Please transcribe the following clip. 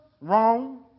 wrong